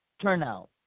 turnout